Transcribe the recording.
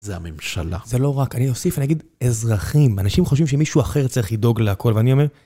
זה הממשלה, זה לא רק אני אוסיף, אני אגיד אזרחים, אנשים חושבים שמישהו אחר צריך לדאוג להכל ואני אומר